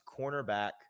cornerback